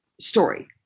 story